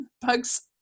Bugs